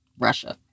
Russia